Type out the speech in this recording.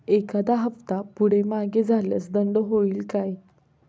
एखादा हफ्ता पुढे मागे झाल्यास दंड होईल काय?